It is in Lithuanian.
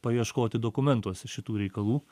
paieškoti dokumentuose šitų reikalų